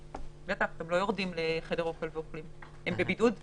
בטח, הם לא יורדים לחדר האוכל, הם בבידוד בחדר.